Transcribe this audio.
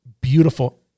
beautiful